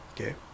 Okay